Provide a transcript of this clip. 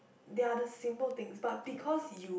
they are the simple things but because you